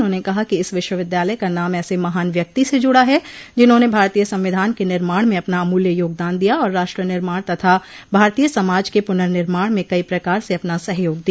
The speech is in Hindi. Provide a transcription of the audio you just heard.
उन्होंने कहा कि इस विश्वविद्यालय का नाम ऐसे महान व्यक्ति से जुड़ा है जिन्होंने भारतीय संविधान क निर्माण में अपना अमूल्य योगदान दिया और राष्ट्र निर्माण तथा भारतीय समाज के पुनर्निर्माण में कई प्रकार से अपना सहयोग दिया